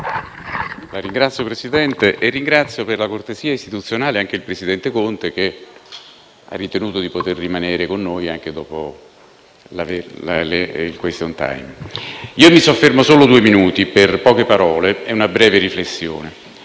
Signor Presidente, ringrazio per la cortesia istituzionale il presidente Conte, che ha ritenuto di poter rimanere con noi anche dopo lo svolgimento del *question time*. Mi soffermo solo due minuti, per poche parole e una breve riflessione.